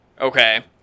Okay